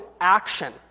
action